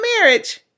Marriage